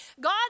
God